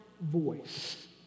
voice